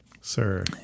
sir